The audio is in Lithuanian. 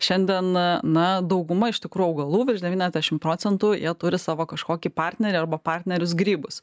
šiandien na dauguma iš tikrų augalų virš devyniasdešimt procentų jie turi savo kažkokį partnerį arba partnerius grybus